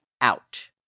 out